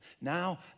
Now